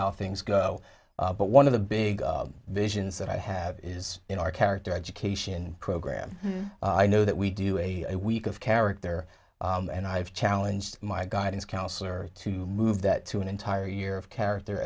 how things go but one of the big visions that i have is in our character education program i know that we do a week of character and i've challenged my guidance counselor to move that to an entire year of character